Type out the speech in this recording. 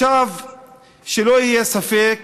שלא יהיה ספק,